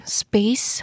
space